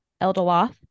Eldoloth